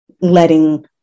letting